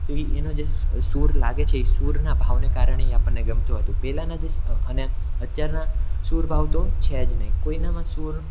તો એ એનો જે સ્વ સૂર લાગે છે એ સુરના ભાવને કારણે એ આપણને ગમતું હતું પહેલાંના જે સ અનં અને અત્યારના સૂરભાવ તો છે જ નહિ કોઈનામાં સૂર